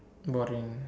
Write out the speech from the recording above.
boring